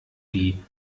die